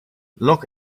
look